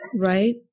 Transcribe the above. Right